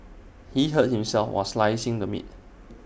he hurt himself while slicing the meat